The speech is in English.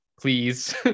please